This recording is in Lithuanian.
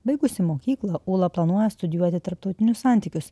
baigusi mokyklą ūla planuoja studijuoti tarptautinius santykius